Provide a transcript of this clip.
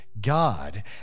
God